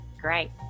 Great